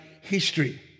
history